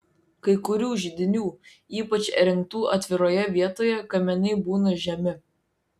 kai kurių židinių ypač įrengtų atviroje vietoje kaminai būna žemi